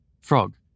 Frog